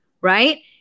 right